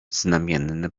znamienne